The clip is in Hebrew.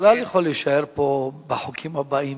אתה בכלל יכול להישאר פה בחוקים הבאים.